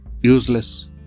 useless